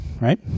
right